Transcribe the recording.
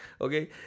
Okay